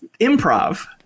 Improv